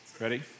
Ready